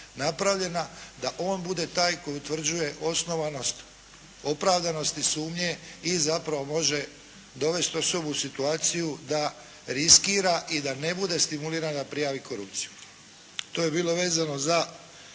da on bude taj koji utvrđuje osnovanost opravdanosti sumnje i zapravo može dovesti osobu u situaciju da riskira i da ne bude stimulirana i prijavi korupciju. To je bilo vezano za